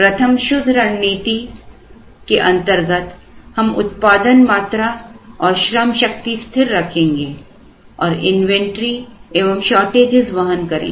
प्रथम शुद्ध रणनीति के अंतर्गत हम उत्पादन मात्रा और श्रम शक्ति स्थिर रखेंगे और इन्वेंटरी एवं शॉर्टेज inventory shortage वहन करेंगे